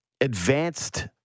advanced